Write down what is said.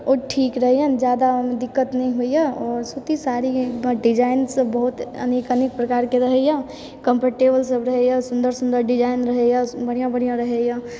ओ ठीक रहैए ज्यादा दिक्कत नै होइए और सूत्ती साड़ीमे बड़ डिजाइन सब बहुत अनेक अनेक प्रकारके रहैए कॉम्फरटेबल सब रहैए सुन्दर सुन्दर डिजाइन रहैए बढ़िया बढ़िया रहैए